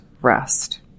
rest